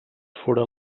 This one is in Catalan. fóra